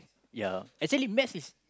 ya actually maths is